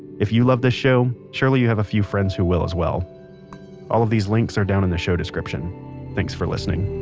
if you love this show, surely you'll have a few friends who will as well all of these links are down in the show description thanks for listening